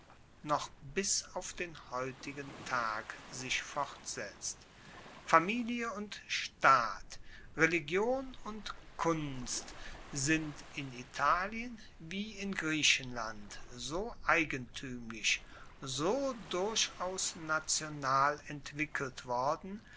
noch bis auf den heutigen tag sich fortsetzt familie und staat religion und kunst sind in italien wie in griechenland so eigentuemlich so durchaus national entwickelt worden